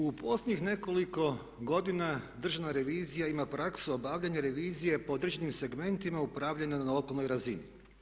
U posljednjih nekoliko godina Državna revizija ima prasku obavljanja revizije po određenim segmentima upravljanja na lokalnoj razini.